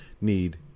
need